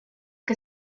que